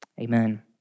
amen